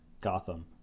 Gotham